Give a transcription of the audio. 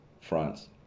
France